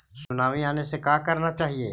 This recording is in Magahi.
सुनामी आने से का करना चाहिए?